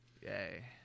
yay